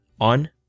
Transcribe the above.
on